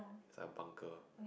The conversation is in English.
it's like a bunker